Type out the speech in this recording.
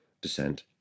descent